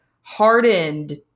hardened